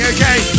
Okay